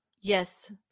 Yes